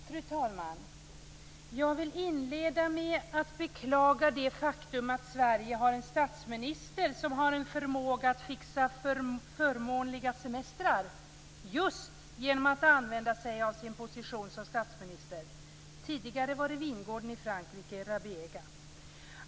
Fru talman! Jag vill inleda med att beklaga det faktum att Sverige har en statsminister som har en förmåga att fixa förmånliga semestrar just genom att använda sig av sin position som statsminister. Tidigare var det vingården Rabiega i Frankrike.